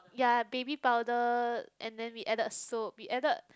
ya baby powder and then we added soap we added